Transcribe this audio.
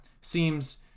seems